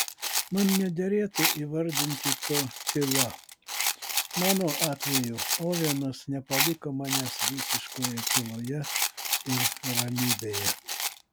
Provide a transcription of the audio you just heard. man nederėtų įvardinti to tyla mano atveju ovenas nepaliko manęs visiškoje tyloje ir ramybėje